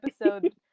episode